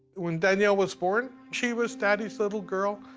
when danielle was born, she was daddy's little girl.